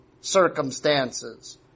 circumstances